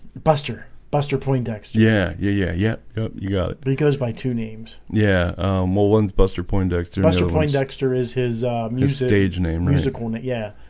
buster buster poindexter. yeah, yeah, yeah, yeah yeah you go he goes by two names yeah well once buster poindexter, mr. poindexter is his new stage name rusical in it yeah,